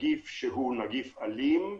נגיף אלים,